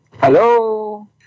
Hello